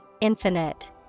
infinite